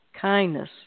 kindness